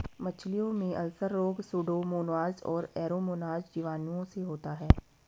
मछलियों में अल्सर रोग सुडोमोनाज और एरोमोनाज जीवाणुओं से होता है